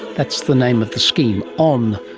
that's the name of the scheme, on,